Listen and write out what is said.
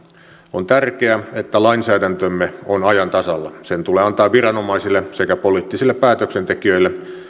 on tärkeää että lainsäädäntömme on ajan tasalla sen tulee antaa viranomaisille sekä poliittisille päätöksentekijöille